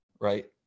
right